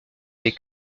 des